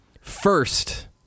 first